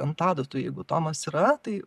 ant adatų jeigu tomas yra tai